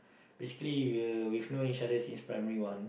basically we uh we've known each other since Primary one